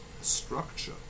structure